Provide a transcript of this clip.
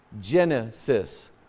genesis